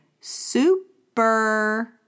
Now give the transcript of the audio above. super